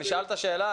נשאלת שאלה,